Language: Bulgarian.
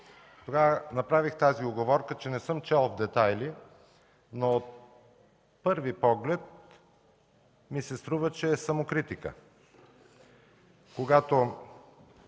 Тогава направих уговорката, че не съм чел в детайли, но при първи поглед ми се струва, че е самокритика.